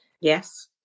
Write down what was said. Yes